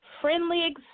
friendly